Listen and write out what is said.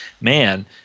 man